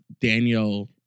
Daniel